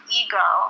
ego